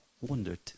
wondered